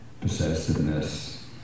possessiveness